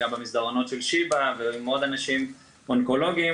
גם של מסדרונות ׳שיבא׳ וגם של חולים אונקולוגים נוספים.